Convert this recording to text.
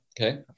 okay